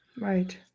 Right